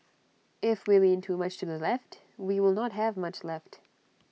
if we lean too much to the left we will not have much left